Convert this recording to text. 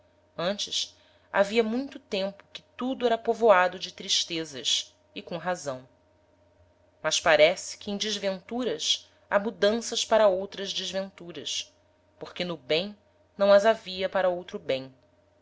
antes havia muito tempo que tudo era povoado de tristezas e com razão mas parece que em desventuras ha mudanças para outras desventuras porque no bem não as havia para outro bem